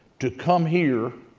to come here,